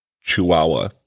Chihuahua